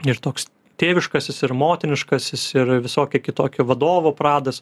ir toks tėviškasis ir motiniškasis ir visokio kitokio vadovo pradas